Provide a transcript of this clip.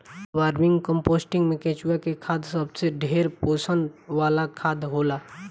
vermi composting में केचुआ के खाद सबसे ढेर पोषण वाला खाद होला